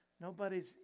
nobody's